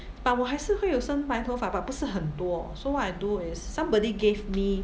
but 我还是会有生白头发 but 不是很多 so what I do is somebody gave me